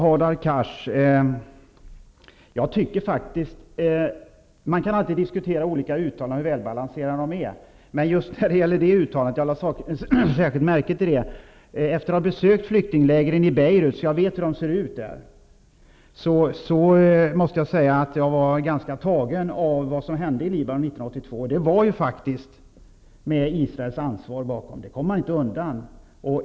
Fru talman! Man kan alltid diskutera olika uttalanden, Hadar Cars, och hur välbalanserade de är. Men just när det gäller det uttalandet vet jag hur flyktinglägren ser ut i Beirut eftersom jag har besökt dem. Jag var ganska tagen av vad som hände i Libanon 1982. Israel hade ett ansvar, och det kommer man inte undan.